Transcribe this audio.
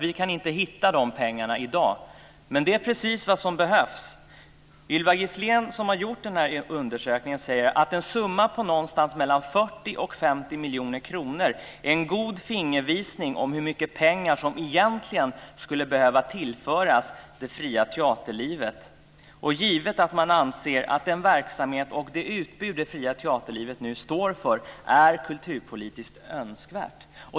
Vi kan inte hitta de pengarna i dag. Men det är precis vad som behövs. Ylva Gislén, som gjort undersökningen säger "att en summa på någonstans mellan 40 och 50 miljoner kr är en mycket god fingervisning om hur mycket pengar som egentligen skulle behöva tillföras det fria teaterlivet - givet att man anser att den verksamhet och det utbud det fria teaterlivet nu står för är kulturpolitiskt önskvärt".